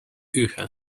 ühe